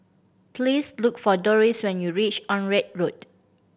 please look for Dorris when you reach Onraet Road